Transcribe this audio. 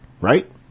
right